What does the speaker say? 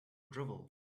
drivel